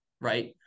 right